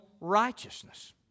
righteousness